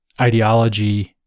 ideology